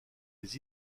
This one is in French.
les